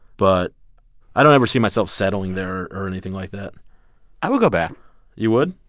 but i don't ever see myself settling there or anything like that i would go back you would?